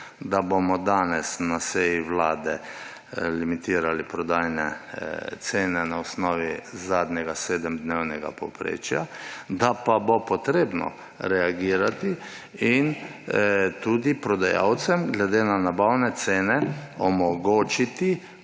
da bomo danes na seji Vlade limitirali prodajne cene na osnovi zadnjega sedemdnevnega povprečja, da pa bo treba reagirati in tudi prodajalcem glede na nabavne cene omogočiti,